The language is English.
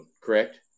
correct